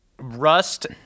Rust